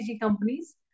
companies